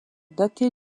dater